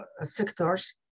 sectors